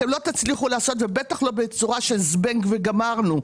אתם לא תצליחו לעשות ובטח לא בצורה של זבנג וגמרנו.